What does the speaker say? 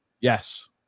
yes